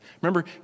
Remember